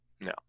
No